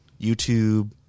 YouTube